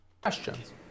Questions